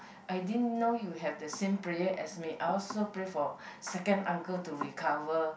I didn't know you have the same prayer as me I also prayed for second uncle to recover